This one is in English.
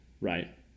right